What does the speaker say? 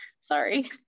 sorry